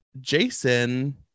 Jason